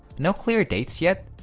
no clear dates yet,